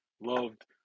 loved